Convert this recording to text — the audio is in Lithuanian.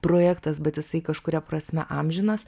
projektas bet jisai kažkuria prasme amžinas